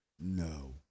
No